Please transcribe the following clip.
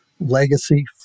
legacy